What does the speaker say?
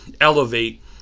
elevate